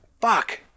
fuck